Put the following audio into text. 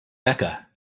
becca